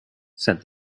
said